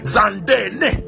Zandene